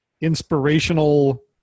inspirational